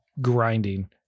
grinding